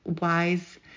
wise